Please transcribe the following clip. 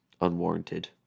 unwarranted